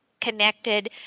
connected